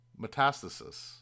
Metastasis